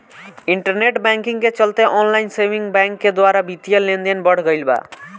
internet banking के चलते online saving bank के द्वारा बित्तीय लेनदेन बढ़ गईल बा